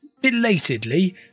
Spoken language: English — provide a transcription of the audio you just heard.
belatedly